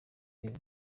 rev